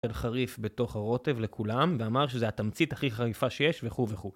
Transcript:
חריף בתוך הרוטב לכולם ואמר שזה התמצית הכי חריפה שיש וכו וכו